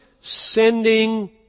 sending